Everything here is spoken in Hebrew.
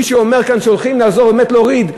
מישהו אומר כאן שהולכים באמת לעזור, להוריד.